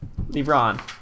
LeBron